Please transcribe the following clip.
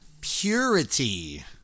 purity